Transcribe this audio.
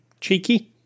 cheeky